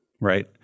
right